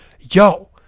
Yo